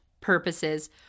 purposes